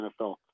NFL